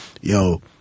Yo